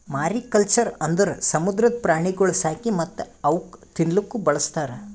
mariculture ಅಂದುರ್ ಸಮುದ್ರದ ಪ್ರಾಣಿಗೊಳ್ ಸಾಕಿ ಮತ್ತ್ ಅವುಕ್ ತಿನ್ನಲೂಕ್ ಬಳಸ್ತಾರ್